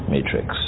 Matrix